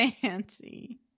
Fancy